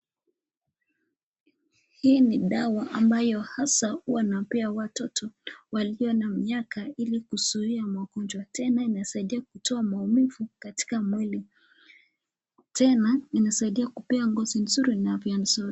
Hii ni dawa ambayo asa wanapea watoto walio na umri miaka ili kuzuia magojwa na tena inasaidia kutoa maumivu katika mwili ,tena inasaidia kupea ngozi mzuri na afya nzuri.